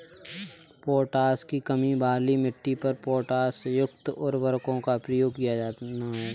potash की कमी वाली मिट्टी पर पोटाशयुक्त उर्वरकों का प्रयोग किया जाना है